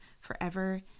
forever